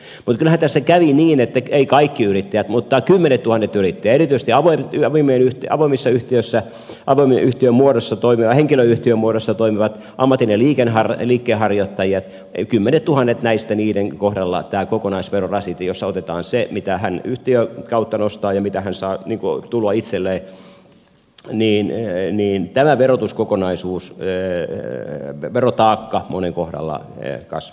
mutta kyllähän tässä kävi niin että ei kaikkien yrittäjien mutta kymmenientuhansien yrittäjien erityisesti avoimien yhtiöiden muodossa toimivien henkilöyhtiömuodossa toimivien ammatin ja liikkeenharjoittajien kymmenientuhansien näistä kohdalla tämä kokonaisverorasite jossa otetaan se mitä hän yhtiön kautta nostaa ja mitä hän saa tuloa itselleen tämä verotuskokonaisuus verotaakka monen kohdalla kasvoi